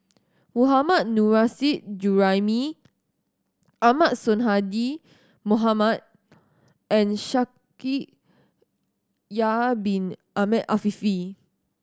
Mohammad Nurrasyid Juraimi Ahmad Sonhadji Mohamad and Shaikh Yahya Bin Ahmed Afifi